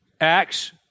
Acts